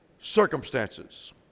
circumstances